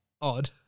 odd